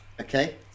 Okay